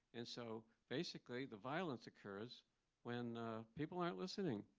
and so basically the violence occurs when people aren't listening.